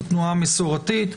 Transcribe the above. התנועה המסורתית,